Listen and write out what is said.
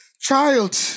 child